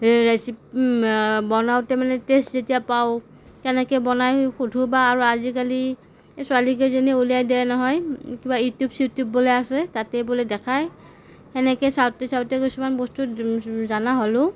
বনাওঁতে মানে টেষ্ট যেতিয়া পাওঁ কেনেকৈ বনায় সোধোঁ বা আজিকালি এই ছোৱালী কেইজনীয়ে উলিয়াই দিয়ে নহয় কিবা ইউটিউব চিউটিউববিলাক আছে তাতে বোলে দেখায় সেনেকৈ চাওঁতে চাওঁতে কিছুমান বস্তু জনা হ'লোঁ